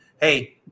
Hey